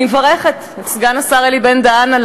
אני מברכת את סגן השר אלי בן-דהן על